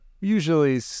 usually